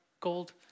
gold